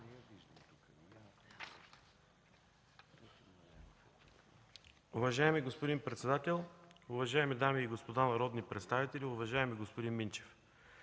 Уважаеми господин председател, уважаеми дами и господа народни представители, уважаема госпожо Павлова!